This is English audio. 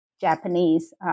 Japanese